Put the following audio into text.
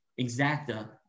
exacta